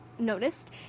noticed